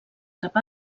cap